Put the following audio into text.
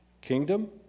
Kingdom